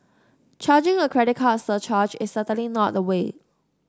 charging a credit card surcharge is certainly not the way